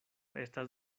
estas